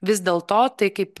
vis dėlto tai kaip